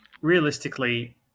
Realistically